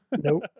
Nope